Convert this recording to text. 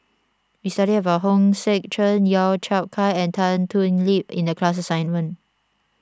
we studied about Hong Sek Chern Lau Chiap Khai and Tan Thoon Lip in the class assignment